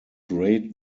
great